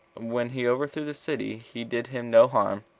when he overthrew the city, he did him no harm,